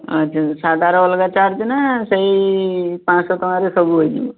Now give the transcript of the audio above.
ଆଚ୍ଛା ସାଧାରେ ଅଲଗା ଚାର୍ଜ୍ ନା ସେଇ ପାଞ୍ଚଶହ ଟଙ୍କାରେ ସବୁ ହୋଇଯିବ